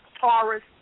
Taurus